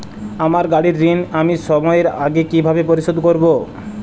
আমার গাড়ির ঋণ আমি সময়ের আগে কিভাবে পরিশোধ করবো?